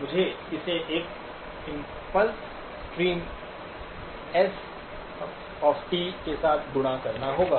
मुझे इसे एक impulse stream S T s के साथ गुणा करना होगा